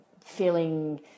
feeling